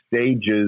stages